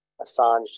Assange